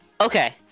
Okay